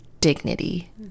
dignity